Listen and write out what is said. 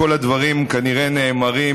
כל הדברים כנראה נאמרים,